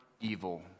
evil